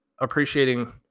appreciating